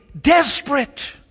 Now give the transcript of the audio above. desperate